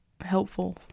helpful